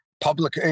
public